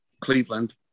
cleveland